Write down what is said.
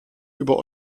über